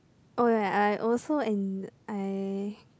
oh ya I also en~ I